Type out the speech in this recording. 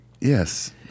Yes